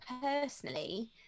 personally